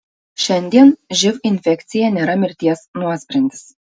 šiandien živ infekcija nėra mirties nuosprendis